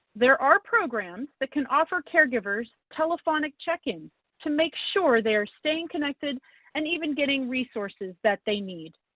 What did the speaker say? there are programs that can offer caregivers telephonic check-in to make sure they're staying connected and even getting resources that they need.